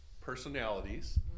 personalities